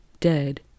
Dead